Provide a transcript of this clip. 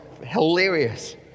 hilarious